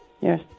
yes